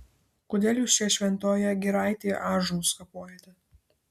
kodėl jūs čia šventoje giraitėje ąžuolus kapojate